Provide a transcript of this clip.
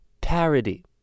parody